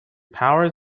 powers